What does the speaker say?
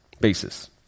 basis